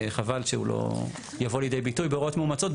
חבל שהוא לא יבוא לידי ביטוי בהוראות מאומצות.